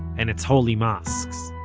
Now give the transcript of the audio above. and its holy mosques